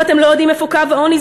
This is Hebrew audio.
אם אתם לא יודעים איפה קו העוני,